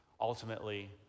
ultimately